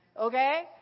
Okay